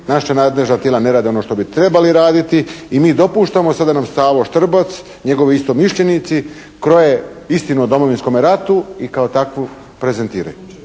naša nadležna tijela ne rade ono što bi trebali raditi i mi dopuštamo …/Govornik se ne razumije./… Štrbac, njegovi istomišljenici kroje istinu o Domovinskome ratu i kao takvu prezentiraju.